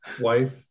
Wife